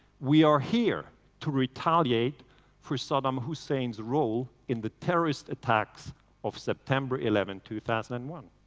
we are here to retaliate for saddam hussein's role in the terrorist attacks of september eleven, two thousand and one.